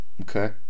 Okay